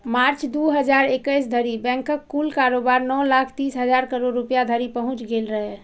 मार्च, दू हजार इकैस धरि बैंकक कुल कारोबार नौ लाख तीस हजार करोड़ रुपैया धरि पहुंच गेल रहै